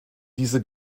diese